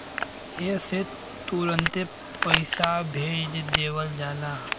एह से तुरन्ते पइसा भेज देवल जाला